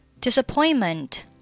Disappointment